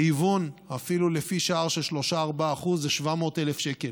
בהיוון, אפילו לפי שער של 3%, 4%, זה 700,000 שקל.